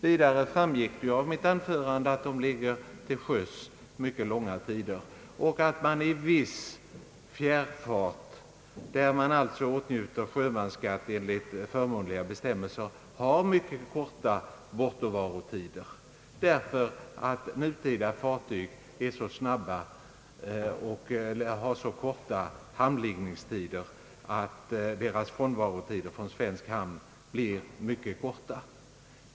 Vidare framgick av mitt anförande att de ligger till sjöss mycket långa tider, medan man i viss fjärr fart — där man alltså åtnjuter sjömansskatt enligt förmånliga bestämmelser — har mycket korta bortovaroti der, eftersom nutida fartyg är så snabba och hamnliggningstiderna så korta. Sjömännens frånvarotider från svensk hamn kan bli mycket korta.